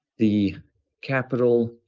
the capital,